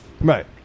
Right